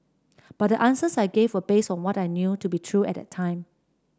but the answers I gave were based on what I knew to be true at the time